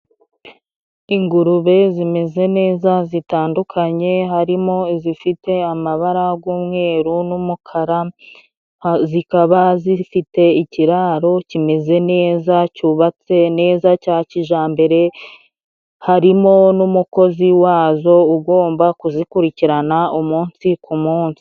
Ingurube zimeze neza zitandukanye harimo izifite amabara gw'umweru n'umukara, zikaba zifite ikiraro kimeze neza cyubatse neza cya kijambere, harimo n'umukozi wazo ugomba kuzikurikirana umunsi ku munsi.